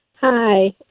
Hi